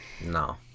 No